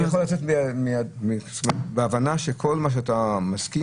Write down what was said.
אני יכול לצאת בהבנה שכל מה שאתה מסכים